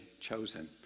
chosen